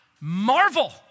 marvel